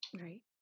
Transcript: Right